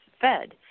fed